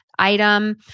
item